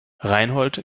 reinhold